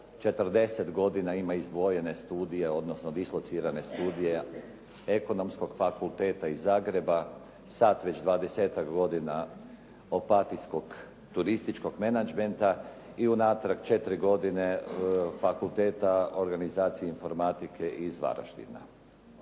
40 godina ima izdvojene studije odnosno dislocirane studije Ekonomskog fakulteta iz Zagreba, sad već 20-tak godina Opatijskog turističkog menadžmenta i unatrag 4 godine Fakulteta organizacije i informatike iz Varaždina.